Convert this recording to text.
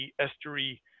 estuary